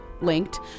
Linked